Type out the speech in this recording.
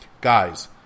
Guys